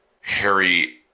Harry